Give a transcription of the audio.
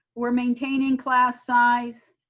we're maintaining class size,